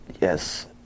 yes